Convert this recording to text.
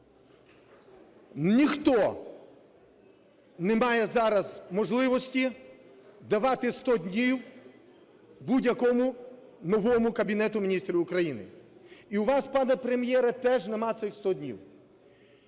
Ніхто не має зараз можливості давати 100 днів будь-якому новому Кабінету Міністрів України. І у вас, пане Прем'єре, теж немає цих 100 днів.